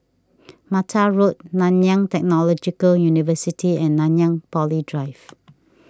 Mata Road Nanyang Technological University and Nanyang Poly Drive